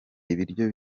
ibiryo